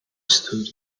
stood